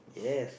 yes